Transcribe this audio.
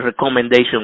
recommendation